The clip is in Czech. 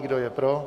Kdo je pro?